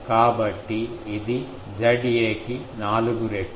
కాబట్టి ఇది Za కి 4 రెట్లు